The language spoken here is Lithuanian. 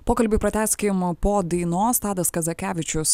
pokalbį pratęskim po dainos tadas kazakevičius